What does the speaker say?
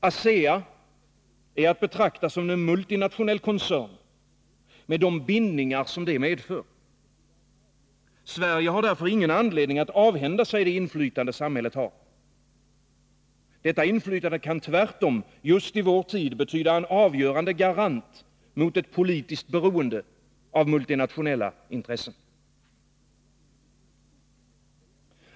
Asea är att betrakta som en multinationell koncern med de bindningar detta medför. Sverige har därför ingen anledning att avhända sig det inflytande samhället har. Detta inflytande kan tvärtom just i vår tid betyda en avgörande garant mot ett politiskt beroende av multinationella intressen.